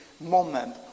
moment